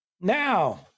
Now